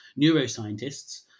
neuroscientists